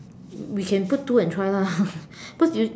we can put two and try lah but you